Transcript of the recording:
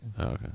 Okay